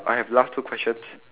uh I have last two questions